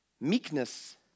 meekness